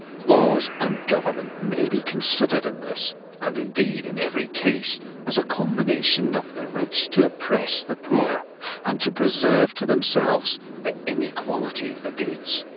laws and government may be considered in this and indeed in every case as a combination of the rich to oppress the poor and to preserve to themselves the inequality of the goods.